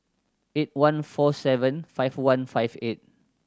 eight one four seven five one five eight